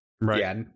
right